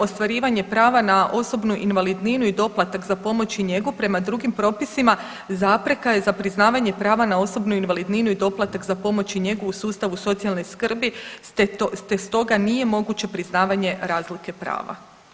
Ostvarivanje prava na osobnu invalidninu i doplatak za pomoć i njegu prema drugim propisima, zapreka je za priznavanje prava na osobnu invalidninu i doplatak za pomoć i njegu u sustavu socijalne skrbi te stoga nije moguće priznavanje razlike prava.